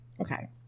Okay